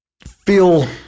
feel